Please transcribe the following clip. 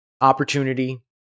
opportunity